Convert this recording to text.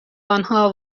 آنها